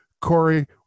Corey